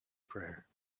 prayer